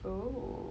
oh